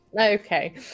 Okay